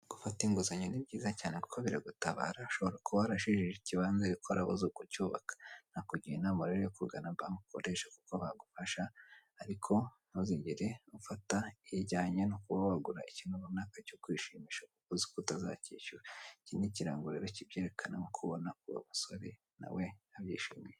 Gufata inguzanyo ni byiza cyane kuko biragutabara ushobora kuba warashijije ikibanza ukora zo uko ucyubaka, nakugira inama rero yo kugana banke ukoresha kuko bagufasha ariko ntuzigere ufata ijyanye no kuba wagura ikintu runaka cyo kwishimisha kuko uzi ko utazakishyura iki ni ikirango rero kibyerekana nk'uko ubona uyu musore nawe abyishimiye.